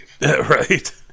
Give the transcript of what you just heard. Right